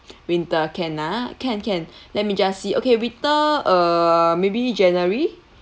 winter can ah can can let me just see okay winter uh maybe january